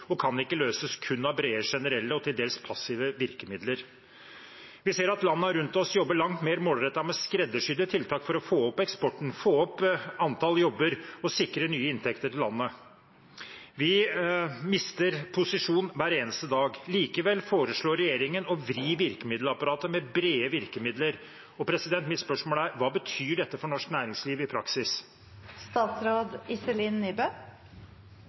og kan ikke løses kun med brede, generelle og til dels passive virkemidler. Vi ser at landene rundt oss jobber langt mer målrettet med skreddersydde tiltak for å få opp eksporten, få opp antall jobber og sikre nye inntekter til landet. Vi mister posisjon hver eneste dag. Likevel foreslår regjeringen å vri virkemiddelapparatet med brede virkemidler. Mitt spørsmål er: Hva betyr dette for norsk næringsliv i